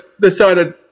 decided